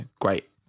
great